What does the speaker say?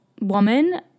woman